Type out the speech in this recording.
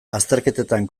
azterketetan